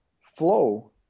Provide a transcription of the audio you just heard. flow